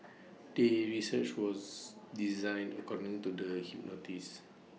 the research was designed according to the hypothesis